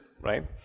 right